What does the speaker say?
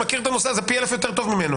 שמכיר את הנושא הזה פי אלף יותר טוב ממנו.